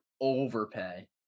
overpay